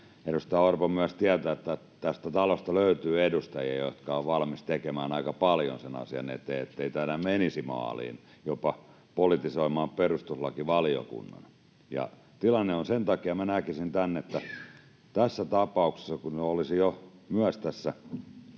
Edustaja Orpo myös tietää, että tästä talosta löytyy edustajia, jotka ovat valmiita tekemään aika paljon sen asian eteen, ettei tämä menisi maaliin — jopa politisoimaan perustuslakivaliokunnan — ja tilanne on sen takia... Minä näkisin tämän niin, että tässä tapauksessa, kun ne olisivat myös niin